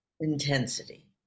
intensity